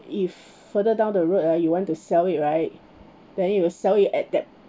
if further down the road ah you want to sell it right then you will sell it at that